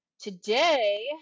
Today